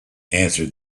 answered